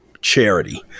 charity